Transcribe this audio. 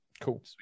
Cool